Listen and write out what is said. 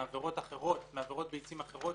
מעבירות ביצים אחרות,